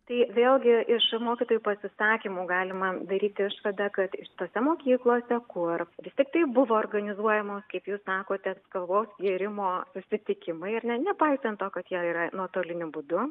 tai vėlgi iš mokytojų pasisakymų galima daryti išvadą kad šitose mokyklose kur vis tiktai buvo organizuojamos kaip jūs sakote kavos gėrimo susitikimai ir ne nepaisant to kad jie yra nuotoliniu būdu